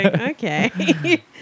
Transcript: okay